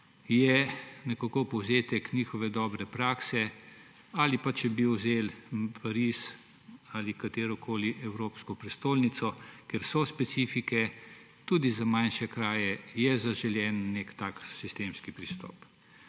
je nekako povzetek njihove dobre prakse. Ali pa, če bi vzeli Pariz ali katerokoli evropsko prestolnico, ker so specifike, tudi za manjše kraje je zaželen nek tak sistemski pristop.